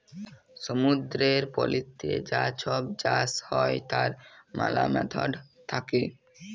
সমুদ্দুরের পলিতে যা ছব চাষ হ্যয় তার ম্যালা ম্যাথড থ্যাকে